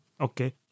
okay